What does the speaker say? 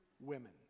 women